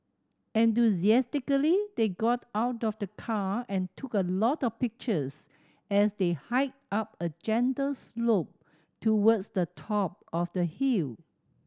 enthusiastically they got out of the car and took a lot of pictures as they hiked up a gentle slope towards the top of the hill